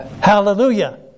hallelujah